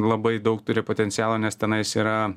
labai daug turi potencialo nes tenais yra